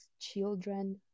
children